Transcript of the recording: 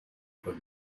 for